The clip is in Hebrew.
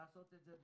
לעשות את זה בהקדם.